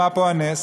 מה פה הנס?